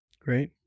Great